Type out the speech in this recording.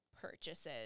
purchases